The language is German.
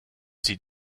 sie